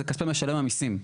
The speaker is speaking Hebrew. זה כספי משלם המסים,